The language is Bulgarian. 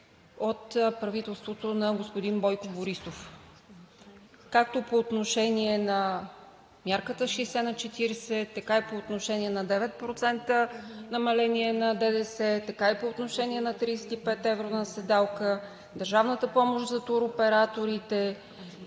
от правителството на господин Бойко Борисов както по отношение на мярката 60/40, така и по отношение на 9% намаление на ДДС, на 35 евро на седалка, на държавната помощ за туроператорите,